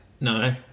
No